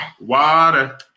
Water